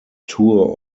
tour